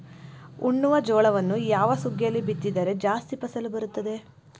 ಉಣ್ಣುವ ಜೋಳವನ್ನು ಯಾವ ಸುಗ್ಗಿಯಲ್ಲಿ ಬಿತ್ತಿದರೆ ಜಾಸ್ತಿ ಫಸಲು ಬರುತ್ತದೆ?